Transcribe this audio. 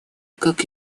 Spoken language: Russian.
как